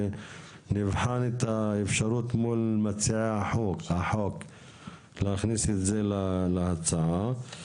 נבחן את האפשרות מול מציעי החוק להכניס את זה להצעה.